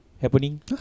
happening